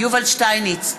יובל שטייניץ,